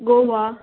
guava